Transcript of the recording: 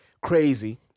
Crazy